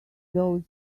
those